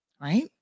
Right